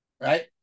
Right